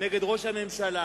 נגד ראש הממשלה,